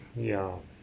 yeah